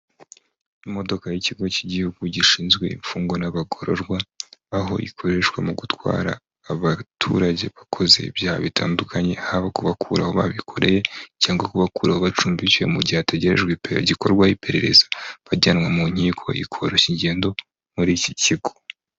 Imodoka y'ikigo cy'igihugu gishinzwe imfungwa n'abagororwaho ikoreshwa mu gutwara abaturage bakoze ibyaha bitandukanye haba kubakuraho ababikoreye cyangwa kubakuraho bacumbikiwe mu gihe hategerejwe gikorwaho iperereza bajyanwa mu nkiko ikoroshya ingendo muri iki kigo.